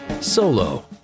Solo